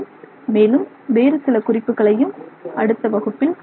மேலும் வேறு சில குறிப்புகளையும் அடுத்த வகுப்பில் காணலாம்